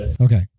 Okay